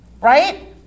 right